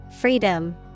Freedom